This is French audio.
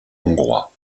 hongrois